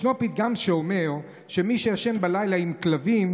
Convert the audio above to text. ישנו פתגם שאומר שמי שישן בלילה עם כלבים,